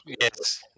Yes